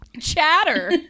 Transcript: Chatter